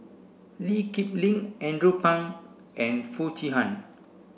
Lee Kip Lin Andrew Phang and Foo Chee Han